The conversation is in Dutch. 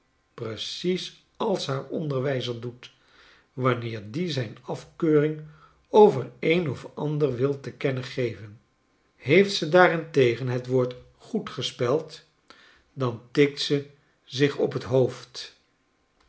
precies als haar onderwijzer doet wanneer die zijn afkmaring over een of ander wil te kennen geven heeft ze daarentegen het woord goed gespeld dan tikt ze zich op t hoofd